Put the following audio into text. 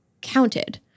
counted